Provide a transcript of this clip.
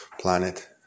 planet